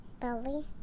Belly